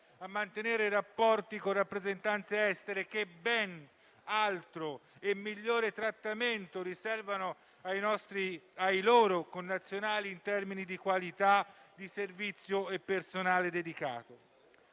a mantenere i rapporti con rappresentanze estere che ben altro e migliore trattamento riservano ai loro connazionali in termini di qualità di servizio e personale dedicato.